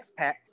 expats